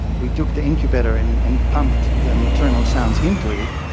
we took the incubator and and pumped the maternal sounds into it.